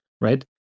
right